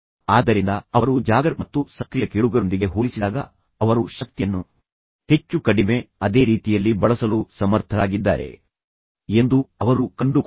ಆದ್ದರಿಂದ ಅವರು ಜಾಗರ್ ಮತ್ತು ಸಕ್ರಿಯ ಕೇಳುಗರೊಂದಿಗೆ ಹೋಲಿಸಿದಾಗ ಅವರು ಶಕ್ತಿಯನ್ನು ಹೆಚ್ಚು ಕಡಿಮೆ ಅದೇ ರೀತಿಯಲ್ಲಿ ಬಳಸಲು ಸಮರ್ಥರಾಗಿದ್ದಾರೆ ಎಂದು ಅವರು ಕಂಡುಕೊಂಡರು